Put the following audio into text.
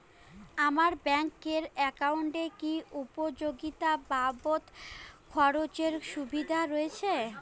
আমার ব্যাংক এর একাউন্টে কি উপযোগিতা বাবদ খরচের সুবিধা রয়েছে?